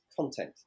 content